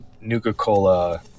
Nuka-Cola